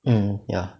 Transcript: mm ya